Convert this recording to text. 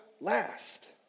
last